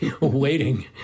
Waiting